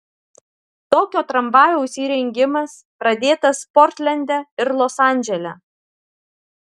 tokio tramvajaus įrengimas pradėtas portlende ir los andžele